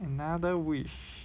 another wish